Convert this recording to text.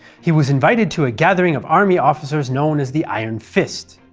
he was invited to a gathering of army officers known as the iron fist.